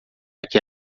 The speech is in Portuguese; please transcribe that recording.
aqui